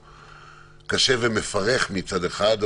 דיון קשה ומפרך מצד אחד,